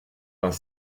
vingt